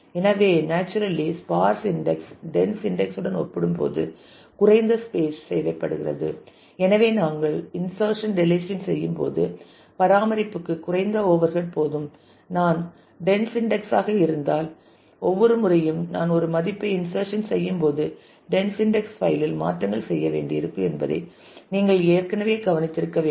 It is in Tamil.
எனவே naturally sparse index dense index உடன் ஒப்பிடும்போது குறைந்த ஸ்பேஸ் தேவைப்படுகிறது எனவே நாங்கள் இன்ஷர்சன் டெலிசன் செய்யும்போது பராமரிப்புக்கு குறைந்த ஓவர்ஹெட் போதும் நான் டென்ஸ் இன்டெக்ஸ் ஆக இருந்தால் ஒவ்வொரு முறையும் நான் ஒரு மதிப்பைச் இன்ஷர்சன் செய்யும்போது டென்ஸ் இன்டெக்ஸ் பைல் இல் மாற்றங்களைச் செய்ய வேண்டியிருக்கும் என்பதை நீங்கள் ஏற்கனவே கவனித்திருக்க வேண்டும்